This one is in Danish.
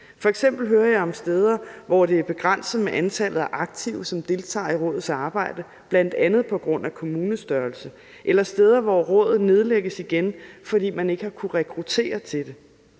F.eks. hører jeg om steder, hvor det er begrænset med antallet af aktive, som deltager i rådets arbejde, bl.a. på grund af kommunestørrelse, eller om steder, hvor rådet nedlægges igen, fordi man ikke har kunnet rekruttere til det.